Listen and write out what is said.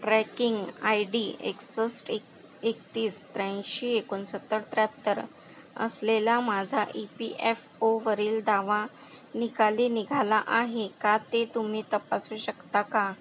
tracking I D एकसष्ट एक एकतीस त्र्याऐंशी एकोणसत्तर त्र्याहत्तर असलेला माझा ई पी एफ ओवरील दावा निकाली निघाला आहे का ते तुम्ही तपासू शकता का